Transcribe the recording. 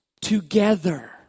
together